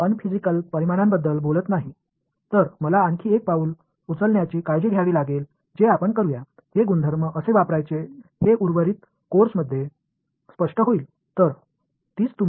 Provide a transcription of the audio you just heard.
எனவே ஒரு கூடுதல் படி நான் கவனித்துக்கொள்ள வேண்டியது நாம் சரியாகச் செய்வோம் இந்த பண்புகளை நாம் எவ்வாறு பயன்படுத்துகிறோம் என்பது மீதமுள்ள பாடங்களில் தெளிவாகத் தெரியும்